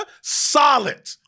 solid